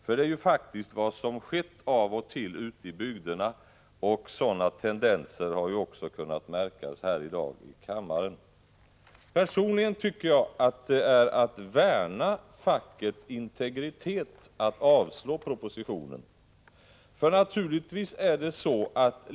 Detta är ju faktiskt vad som skett av och till ute i bygderna, och sådana tendenser har också kunnat märkas här i dag i kammaren. Personligen tycker jag att det är att värna fackets integritet att avslå propositionen.